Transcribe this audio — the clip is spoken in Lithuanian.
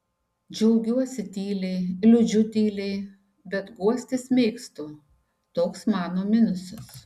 džiaugiuosi tyliai liūdžiu tyliai bet guostis mėgstu toks mano minusas